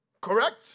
Correct